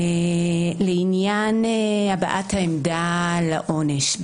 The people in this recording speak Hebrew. לעניין הבעת העמדה לעונש.